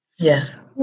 Yes